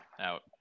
out